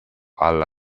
alla